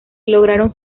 lograron